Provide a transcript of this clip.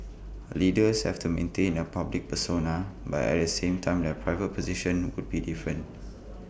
leaders have to maintain A public persona but at the same time their private position would be different